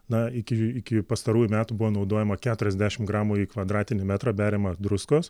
na iki iki pastarųjų metų buvo naudojama keturiasdešimt gramų į kvadratinį metrą beriama druskos